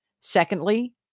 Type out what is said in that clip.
Secondly